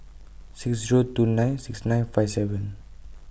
six Zero two nine six nine five seven